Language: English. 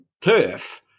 turf